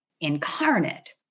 incarnate